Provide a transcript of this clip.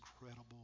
incredible